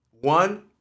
One